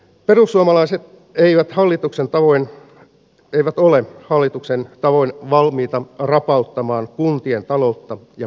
perussuomalaiset eivät ole hallituksen tavoin valmiita rapauttamaan kuntien taloutta ja peruspalveluja